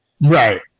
Right